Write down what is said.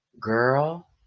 Girl